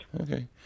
Okay